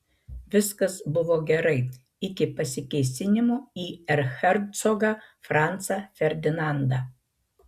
viskas buvo gerai iki pasikėsinimo į erchercogą francą ferdinandą